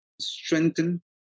strengthen